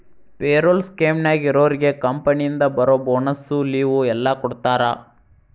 payroll ಸ್ಕೇಮ್ನ್ಯಾಗ ಇರೋರ್ಗೆ ಕಂಪನಿಯಿಂದ ಬರೋ ಬೋನಸ್ಸು ಲಿವ್ವು ಎಲ್ಲಾ ಕೊಡ್ತಾರಾ